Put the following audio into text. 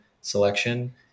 selection